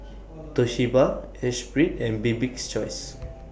Toshiba Esprit and Bibik's Choice